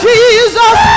Jesus